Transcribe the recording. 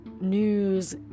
news